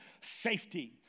safety